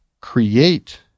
create